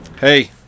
Hey